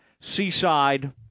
seaside